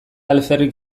alferrik